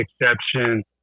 exception